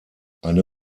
eine